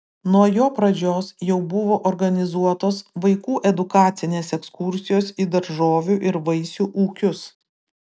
nuo jo pradžios jau buvo organizuotos vaikų edukacinės ekskursijos į daržovių ir vaisių ūkius